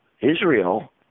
Israel